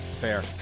Fair